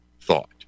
thought